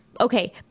Okay